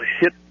hit